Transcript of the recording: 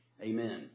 Amen